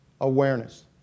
Awareness